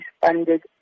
funded